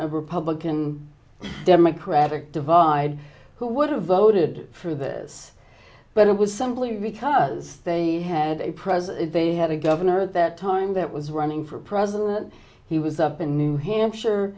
a republican democratic divide who would have voted for this but it was simply because they had a president they had a governor that time that was running for president he was up in new hampshire